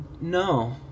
No